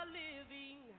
living